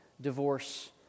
divorce